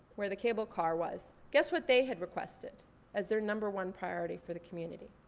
where the cable car was? guess what they had requested as their number one priority for the community?